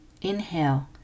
inhale